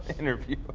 interview.